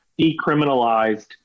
decriminalized